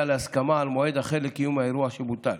להסכמה על מועד אחר לקיום האירוע שבוטל.